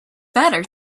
better